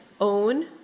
own